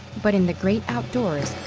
but in the great outdoors,